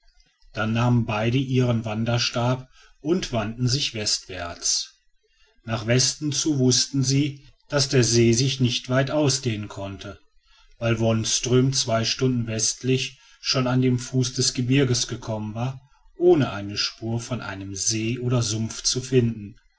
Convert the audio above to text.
dann nahmen beide ihren wanderstab und wandten sich westwärts nach westen zu wußten sie daß der see sich nicht weit ausdehnen konnte weil wonström zwei stunden westlich schon an den fuß des gebirges gekommen war ohne eine spur von einem see oder sumpf zu finden